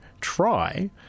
try